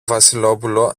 βασιλόπουλο